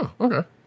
okay